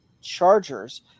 Chargers